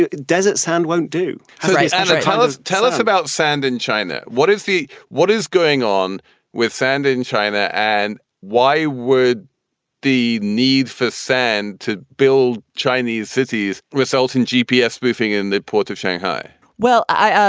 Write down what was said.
desert sand won't do and tell us tell us about sand in china what is the what is going on with sand in china and why would the need for sand to build? chinese cities result in g. p. s spoofing in the ports of shanghai well, i,